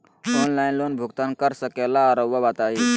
Online loan भुगतान कर सकेला राउआ बताई?